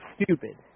stupid